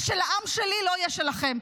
מה שלעם שלי, לא יהיה שלכם.